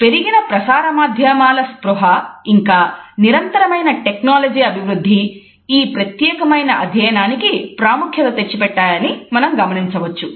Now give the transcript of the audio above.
కాబట్టి పెరిగిన ప్రసారమాధ్యమాల స్పృహ ఇంకా నిరంతరమైన టెక్నాలజీ అభివృద్ధి ఈ ప్రత్యేకమైన అధ్యయనానికి ప్రాముఖ్యత తెచ్చి పెట్టాయని మనం గమనించవచ్చు